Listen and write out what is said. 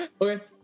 Okay